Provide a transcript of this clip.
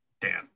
Dan